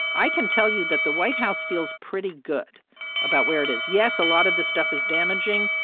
i can tell you that the white house feels pretty good about where it is. yes, a lot of this stuff is damaging.